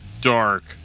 dark